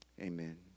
Amen